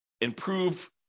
improve